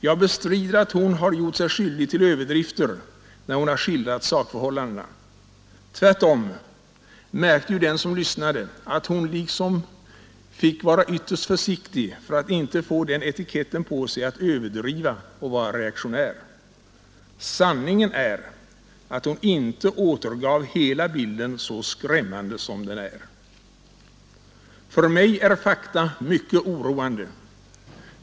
Jag bestrider att hon har gjort sig skyldig till överdrifter, när hon har skildrat sakförhållandena. Tvärtom märkte ju den som lyssnade att hon liksom fick vara ytterst försiktig för att inte få den etiketten på sig att överdriva och vara reaktionär. Sanningen är att hon inte återgav hela bilden så skrämmande som den är. För mig är fakta mycket oroande.